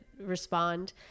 respond